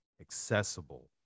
accessible